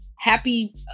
Happy